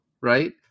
right